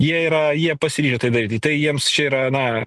jie yra jie pasiryžę tai daryti tai jiems čia yra na